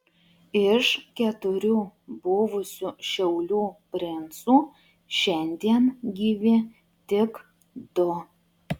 iš keturių buvusių šiaulių princų šiandien gyvi tik du